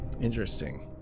Interesting